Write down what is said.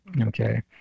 Okay